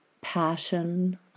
passion